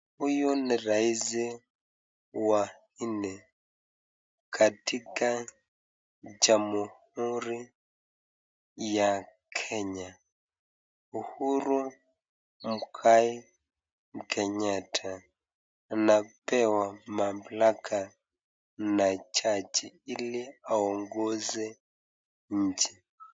Huyu ni rais wa nne katika Jamhuri ya Kenya Uhuru Muigai Kenyatta anapewa mamlaka na jaji ili aongoze nchi.